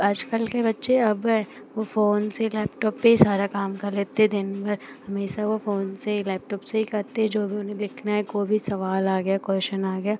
आज कल के बच्चे अब वे फ़ोन से लैपटॉप पर ही सारा काम कर लेते दिनभर हमेशा वह फ़ोन से ही लैपटॉप से ही करते हैं जो भी उन्हें लिखना है कोई भी सवाल आ गया कोश्चन आ गया